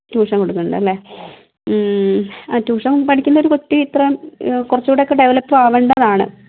tuition കൊടുക്കുന്നുണ്ടല്ലേ tuition പഠിക്കുന്ന ഒരു കുട്ടി ഇത്രയും കുറച്ചുകൂടെയൊക്കെ ഡെവലപ്പ് ആവേണ്ടതാണ്